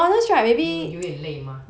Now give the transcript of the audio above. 有流眼泪吗